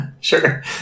sure